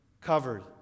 covered